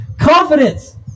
Confidence